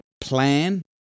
plan